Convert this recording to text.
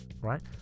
right